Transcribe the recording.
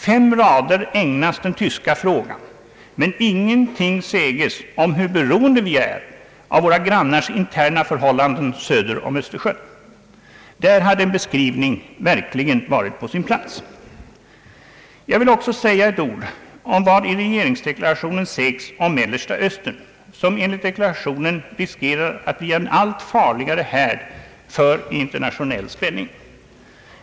Fem rader ägnas den tyska frågan, men ingenting säges om hur beroende vi är av våra grannars interna förhållanden söder om Östersjön. Där hade en beskrivning verkligen varit på sin plats. Jag vill också nämna något om vad som i regeringsdeklarationen sägs om Mellersta Östern, som enligt deklarationen riskerar att bli en allt farligare härd för internationell spänning.